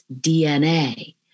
DNA